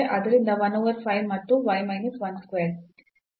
ಆದ್ದರಿಂದ 1 over 5 ಮತ್ತು y minus 1 square